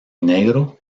negro